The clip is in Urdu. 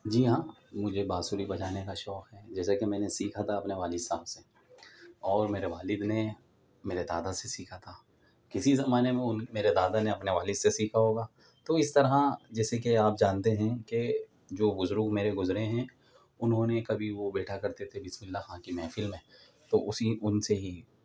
جی ہاں مجھے بانسری بجانے کا شوق ہے جیسا کہ میں نے سیکھا تھا اپنے والد صاحب سے اور میرے والد نے میرے دادا سے سیکھا تھا کسی زمانے میں اُن میرے دادا نے اپنے والد سے سیکھا ہوگا تو اِس طرح جیسے کہ آپ جانتے ہیں کہ جو بزرگ میرے گزرے ہیں اُنہوں نے کبھی وہ بیٹھا کرتے تھے بسم اللہ خاں کی محفل میں تو اسی ان سے ہی